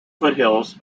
foothills